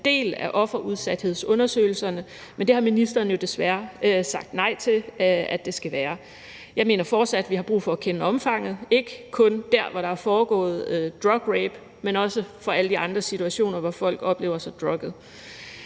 del af offerudsathedsundersøgelserne, men det har ministeren jo desværre sagt nej til at det skal være. Jeg mener fortsat, at vi har brug for at kende omfanget, ikke kun der, hvor der er foregået drugrape, men også i forhold til alle de andre situationer, hvor folk oplever at være